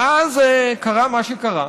ואז קרה מה שקרה.